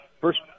First